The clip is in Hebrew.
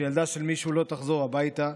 שילדה של מישהו לא תחזור הביתה,